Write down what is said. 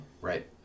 Right